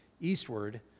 Eastward